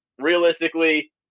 realistically